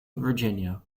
virginia